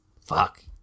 fuck